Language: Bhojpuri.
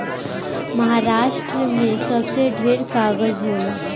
महारास्ट्र मे सबसे ढेर कागज़ होला